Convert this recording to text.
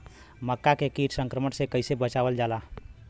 मक्का के कीट संक्रमण से कइसे बचावल जा?